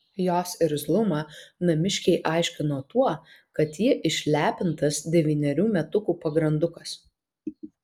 jos irzlumą namiškiai aiškino tuo kad ji išlepintas devynerių metukų pagrandukas